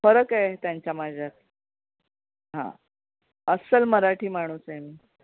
फरक आहे त्यांच्या माझ्यात हां अस्सल मराठी माणूस आहे मी